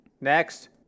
Next